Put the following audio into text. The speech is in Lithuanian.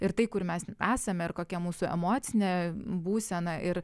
ir tai kur mes esame ir kokia mūsų emocinė būsena ir